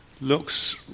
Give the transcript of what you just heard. looks